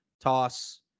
toss